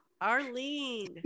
Arlene